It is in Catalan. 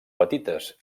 petites